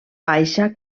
baixa